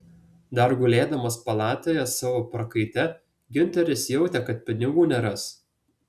dar gulėdamas palatoje savo prakaite giunteris jautė kad pinigų neras